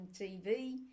TV